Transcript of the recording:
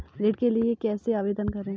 ऋण के लिए कैसे आवेदन करें?